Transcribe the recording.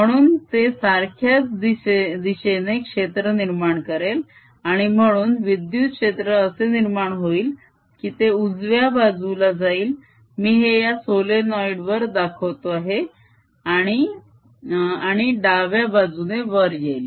म्हणून ते सारख्याच दिशेने क्षेत्र निर्माण करेल आणि म्हणून विद्युत क्षेत्र असे निर्माण होईल की ते उजव्या बाजूला जाईल मी हे या सोलेनोइड वर दाखवतो आहे आणि आणि डाव्या बाजूने वर येईल